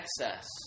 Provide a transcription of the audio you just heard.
excess